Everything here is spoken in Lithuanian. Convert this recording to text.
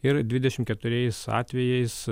ir dvidešimt keturiais atvejais